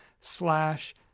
slash